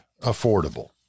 affordable